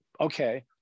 okay